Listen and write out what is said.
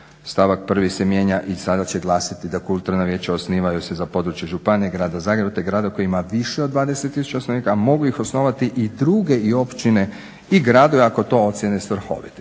6.stavak 1.se mijenja i sada će glasiti da kulturna vijeća se osnivaju za područje županije Grada Zagreba te grada koji ima više od 20 tisuća stanovnika, a mogu ih osnovati i druge općine i gradovi ako to ocijene svrhovitim.